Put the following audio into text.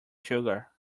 sugar